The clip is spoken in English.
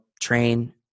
train